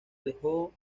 alejó